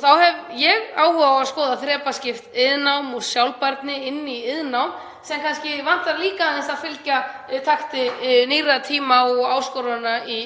Þá hef ég áhuga á að skoða þrepaskipt iðnnám og sjálfbærni í iðnnámi sem kannski vantar líka aðeins til að fylgja takti nýrra tíma og áskorunum í